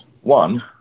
One